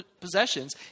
possessions